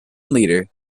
leader